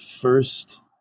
first